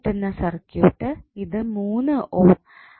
നമുക്ക് കിട്ടുന്ന സർക്യൂട്ട് ഇത് മൂന്ന് ഓം